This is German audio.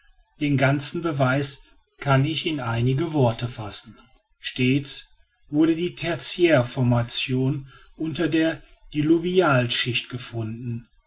den ganzen beweis kann ich in einige worte fassen stets wurde die tertiärformation unter der diluvialschicht gefunden